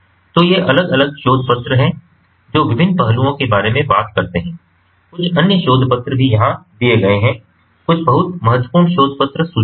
तो ये अलग अलग शोध पत्र हैं जो विभिन्न पहलुओं के बारे में बात करते हैं कुछ अन्य शोध पत्र भी यहाँ दिए गए हैं कुछ बहुत महत्वपूर्ण शोध पत्र सूचीबद्ध हैं